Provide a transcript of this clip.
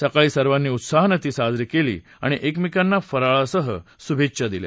सकाळी सर्वानी उत्साहानं ती साजरी केली आणि एकमेकांना फराळासह शुभेच्छा दिल्या